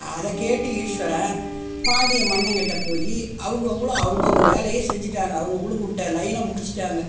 அதை கேட்டு ஈஸ்வரன் பாண்டிய மன்னங்கிட்ட போய் அவங்கவுங்களும் அவங்கவுங்க வேலையை செஞ்சிட்டாங்கள் அவங்கவுங்களுக்கு விட்ட லைனை முடிச்சிட்டாங்கள்